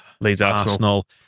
Leeds-Arsenal